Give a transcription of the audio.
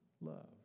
love